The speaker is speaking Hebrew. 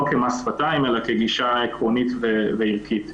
כמס שפתיים אלא כגישה עקרונית וערכית.